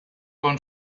con